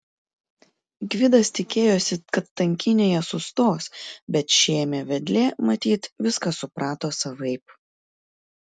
gvidas tikėjosi kad tankynėje sustos bet šėmė vedlė matyt viską suprato savaip